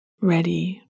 ready